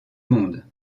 monde